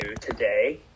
today